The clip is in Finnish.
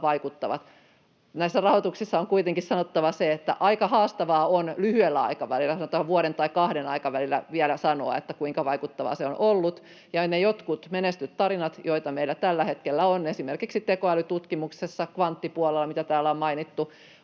vaikuttavat. Näistä rahoituksista on kuitenkin sanottava, että aika haastavaa on lyhyellä aikavälillä, sanotaan vuoden tai kahden aikavälillä, vielä sanoa, kuinka vaikuttavaa se on ollut. Ne jotkut menestystarinat, joita meillä tällä hetkellä on, esimerkiksi tekoälytutkimuksessa ja kvanttipuolella, mitä täällä on mainittu,